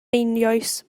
einioes